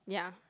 yeah